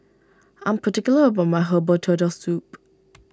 I am particular about my Herbal Turtle Soup